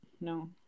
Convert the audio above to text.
No